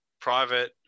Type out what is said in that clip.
private